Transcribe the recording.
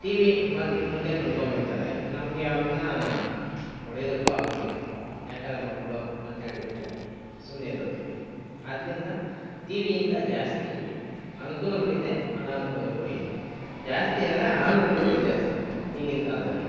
T V ಬಂದು ಮುಂದಕ್ಕೆ ಕುತ್ಕೊಂಬಿಡ್ತಾರೆ ನಮಗೆ ಅವ್ರುನ್ನ ಹೊಡೆಯೋದಕ್ಕೂ ಆಗೋದಿಲ್ಲ ಯಾಕಂದರೆ ಮಕ್ಕಳು ಅಂತೇಳ್ಬಿಟ್ಟು ಸುಮ್ಮನೆ ಎದ್ದೋಗ್ತಿವಿ ಆದ್ರಿಂದ ಟಿ ವಿಯಿಂದ ಜಾಸ್ತಿ ಅನುಕೂಲಗಳು ಇದೆ ಅನನುಕೂಲಗಳು ಇದೆ ಜಾಸ್ತಿ ಅಂದರೆ ಅನನುಕೂಲಗಳೆ ಜಾಸ್ತಿ ಈಗಿನ ಕಾಲದಲ್ಲಿ